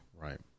Right